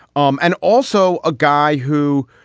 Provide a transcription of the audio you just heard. um and also a guy who,